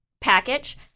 package